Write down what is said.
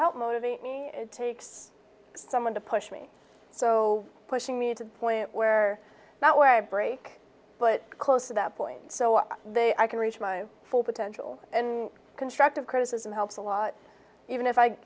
help motivate me it takes someone to push me so pushing me to the point where that where i break but close to that point so they i can reach my full potential and constructive criticism helps a lot even if i